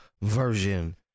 version